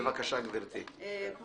אני